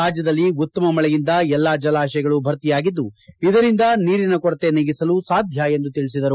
ರಾಜ್ಯದಲ್ಲಿ ಉತ್ತಮ ಮಳೆಯಿಂದ ಎಲ್ಲಾ ಜಲಾಶಯಗಳು ಭರ್ತಿಯಾಗಿದ್ದುದಿದರಿಂದ ನೀರಿನ ಕೊರತೆ ನೀಗಿಸಲು ಸಾಧ್ಯ ಎಂದು ತಿಳಿಸಿದರು